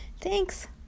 Thanks